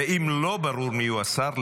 ואם לא ברור מיהו השר,